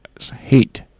Hate